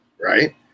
right